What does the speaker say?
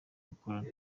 gukorana